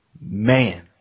Man